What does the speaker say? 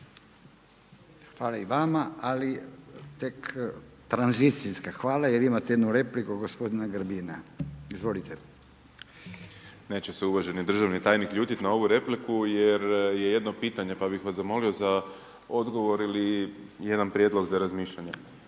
Hvala i vama. Ali tek tranzicijska hvala jer imate jednu repliku gospodina Grbina. Izvolite. **Grbin, Peđa (SDP)** Neće se uvaženi državni tajnik ljutiti na ovu repliku jer je jedno pitanje pa bih vas zamolio za odgovor ili jedan prijedlog za razmišljanje.